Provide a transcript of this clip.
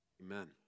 Amen